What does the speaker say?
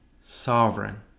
sovereign